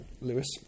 Lewis